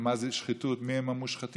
מה זאת שחיתות ומיהם המושחתים.